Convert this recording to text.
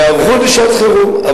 הדוח עסק בהיערכות לשעת חירום.